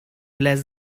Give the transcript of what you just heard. less